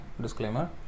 Disclaimer